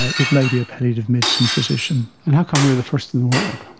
it may be a palliative medicine physician. and how come we're the first in the world?